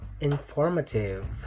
informative